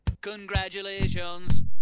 Congratulations